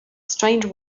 strange